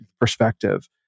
perspective